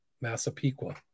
massapequa